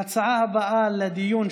ההצעה הבאה לדיון,